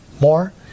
more